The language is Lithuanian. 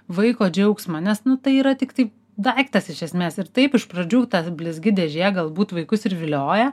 vaiko džiaugsmą nes nu tai yra tiktai daiktas iš esmės ir taip iš pradžių ta blizgi dėžė galbūt vaikus ir vilioja